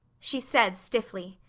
she said stiffly.